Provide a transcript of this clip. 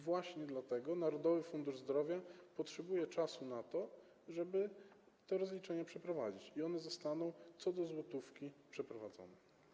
Właśnie dlatego Narodowy Fundusz Zdrowia potrzebuje czasu na to, żeby te rozliczenia przeprowadzić, i one zostaną co do złotówki przeprowadzone.